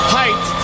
height